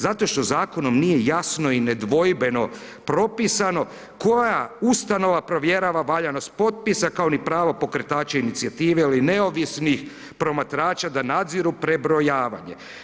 Zato što zakonom nije jasno i nedvojbeno propisano koja ustanova provjerava valjanost potpisa, kao ni pravo pokretača inicijative ili neovisnih promatrača da nadziru prebrojavanje.